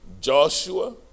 Joshua